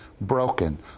broken